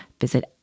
visit